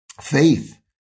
Faith